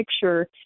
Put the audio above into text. picture